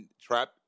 trap